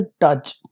touch